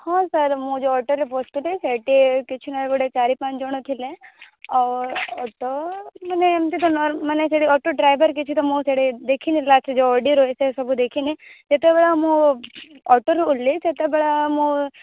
ହଁ ସାର୍ ମୁଁ ଯେଉଁ ଅଟୋରେ ବସିଥିଲି ସେଇଠି କିଛି ନାହିଁ ଗୋଟେ ଚାରି ପାଞ୍ଚ ଜଣ ଥିଲେ ଆଉ ଅଟୋ ମାନେ ଏମତି ତ ନର୍ମ ମାନେ ସେଇଠି ଅଟୋ ଡ୍ରାଇଭର କିଛି ତ ମୁଁ ସେଇଠି ଦେଖିନି ଲାଷ୍ଟେ ଯେଉଁ ଅଡ଼ିଓ ରହିଥାଏ ସବୁ ଦେଖିନି ଯେତେବେଳ ମୁଁ ଅଟୋରୁ ଓଲ୍ହେଇ ସେତେବେଳ ମୁଁ